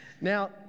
Now